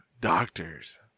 Doctors